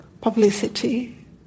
publicity